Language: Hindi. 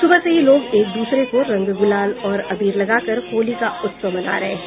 सुबह से ही लोग एक दूसरे को रंग गुलाल और अबीर लगाकर होली का उत्सव मना रहे हैं